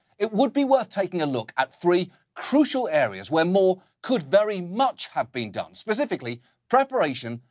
it would be worth taking a look at three crucial areas where more could very much have been done, specifically preparation,